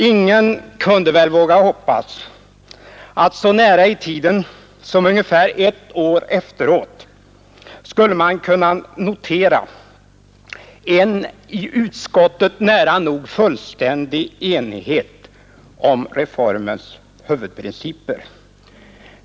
Ingen kunde väl då våga hoppas att vi så nära i tiden som ungefär ett år efteråt skulle kunna notera en i utskottet nära nog fullständig enighet om reformens huvudprinciper.